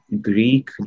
Greek